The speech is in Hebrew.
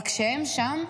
אבל כשהם שם,